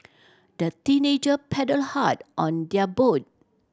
the teenager paddled hard on their boat